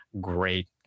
great